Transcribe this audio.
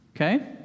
Okay